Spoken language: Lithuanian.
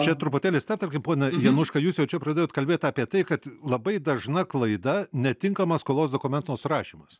čia truputėlį stabtelkim pone januška jūs jau čia pradėjot kalbėt apie tai kad labai dažna klaida netinkamas skolos dokumento surašymas